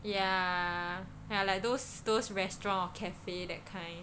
ya ya like those those restaurant or cafe that kind